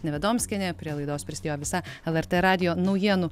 nevidomskienė prie laidos prisidėjo visa lrt radijo naujienų